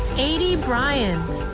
a d bryant,